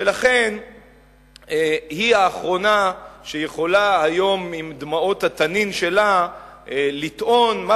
ולכן היא האחרונה שיכולה היום עם דמעות התנין שלה לטעון מה